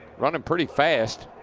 running pretty fast.